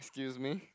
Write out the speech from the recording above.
excuse me